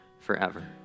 forever